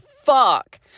fuck